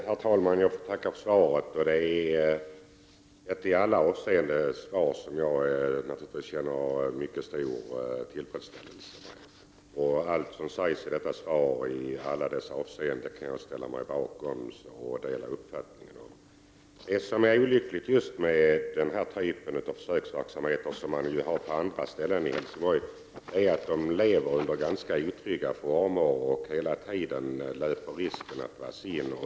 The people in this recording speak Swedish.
Herr talman! Jag får tacka för svaret, som jag i alla avseenden naturligtvis känner en mycket stor tillfredsställelse över. Allt som sägs i svaret kan jag ställa mig bakom och dela uppfattningen om. Vad som är olyckligt med den här typen av försöksverksamhet, som ju bedrivs även på andra ställen än i Helsingborg, är att den bedrivs under ganska ytliga former och hela tiden löper risken att dras in.